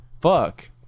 fuck